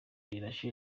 rirashe